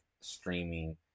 streaming